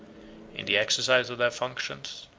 in the exercise of their functions,